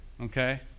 Okay